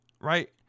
right